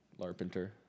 Larpenter